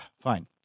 fine